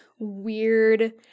weird